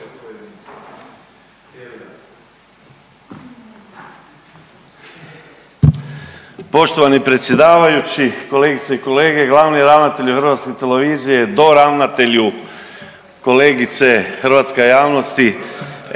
Poštovani predsjedavajući, kolegice i kolege, glavni ravnatelju HTV-a doravnatelju, kolegice, hrvatska javnosti.